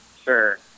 sure